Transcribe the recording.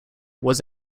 was